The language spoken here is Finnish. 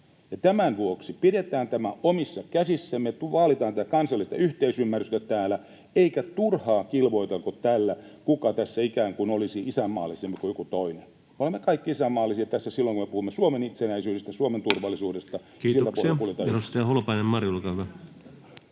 Tämän vuoksi pidetään tämä omissa käsissämme, vaalitaan tätä kansallista yhteisymmärrystä täällä eikä turhaan kilvoitella tällä, kuka tässä ikään kuin olisi isänmaallisempi kuin joku toinen. Me olemme kaikki isänmaallisia tässä silloin, kun me puhumme Suomen itsenäisyydestä, Suomen turvallisuudesta. [Puhemies